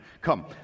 come